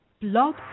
Blog